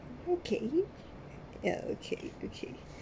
okay ya okay okay